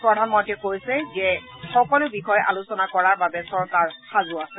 প্ৰধানমন্ত্ৰীয়ে কৈছে যে সকলো বিষয় আলোচনা কৰাৰ বাবে চৰকাৰ সাজু আছে